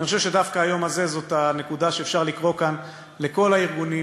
אני חושב שדווקא היום הזה זאת הנקודה שאפשר לקרוא כאן לכל הארגונים